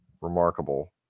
Remarkable